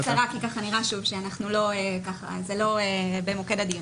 אז אני אגיד בקצרה, כי נראה שזה לא במוקד הדיון.